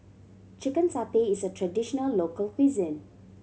chicken satay is a traditional local cuisine